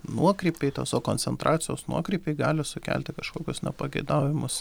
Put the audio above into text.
nuokrypiai tos okoncentracijos nuokrypiai gali sukelti kažkokius nepageidaujamus